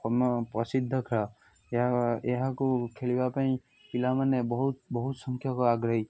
ପ୍ରସିଦ୍ଧ ଖେଳ ଏହା ଏହାକୁ ଖେଳିବା ପାଇଁ ପିଲାମାନେ ବହୁତ ବହୁତ ସଂଖ୍ୟକ ଆଗ୍ରହୀ